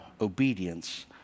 obedience